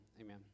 amen